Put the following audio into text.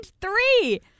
three